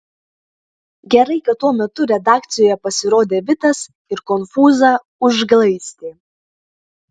gerai kad tuo metu redakcijoje pasirodė vitas ir konfūzą užglaistė